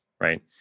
right